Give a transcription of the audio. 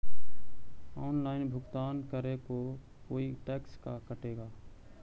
Online भुगतान करे को कोई टैक्स का कटेगा?